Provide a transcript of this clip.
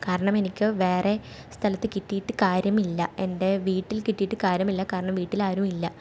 കാരണം എനിക്ക് വേറെ സ്ഥലത്ത് കിട്ടിയിട്ട് കാര്യമില്ല എൻ്റെ വീട്ടിൽ കിട്ടിയിട്ട് കാര്യമില്ല കാരണം വീട്ടിലാരുമില്ല